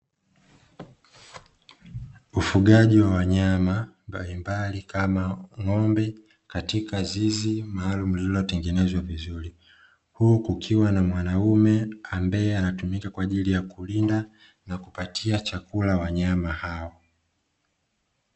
Ufugaji wa wanyama mbalimbali kama ng'ombe katika zizi maalumu lililotengenezwa vizuri, huku kukiwa na mwanaume ambaye anatumika kwa ajili ya kulinda na kupatia chakula wanyama hao.